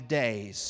days